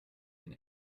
den